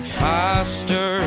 faster